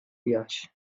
biaix